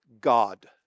God